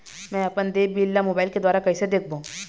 मैं अपन देय बिल ला मोबाइल के द्वारा कइसे देखबों?